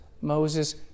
Moses